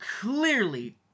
clearly